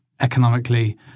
economically